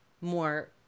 more